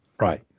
right